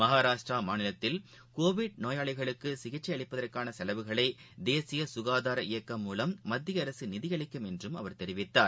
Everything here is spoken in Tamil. மகாராஷ்ட்ராமாநிலத்தில் கோவிட் நோயாளிகளுக்குசிகிச்சை அளிப்பதற்கானசெலவுகளைதேசியககாதார இயக்கம் மூலம் மத்தியஅரசுநிதியளிக்கும் என்றுஅவர் தெரிவித்தார்